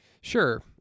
Sure